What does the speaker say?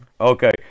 Okay